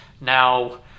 now